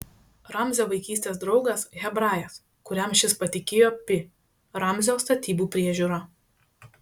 ramzio vaikystės draugas hebrajas kuriam šis patikėjo pi ramzio statybų priežiūrą